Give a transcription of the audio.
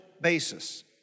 basis